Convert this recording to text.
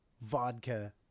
vodka